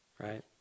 Right